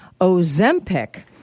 Ozempic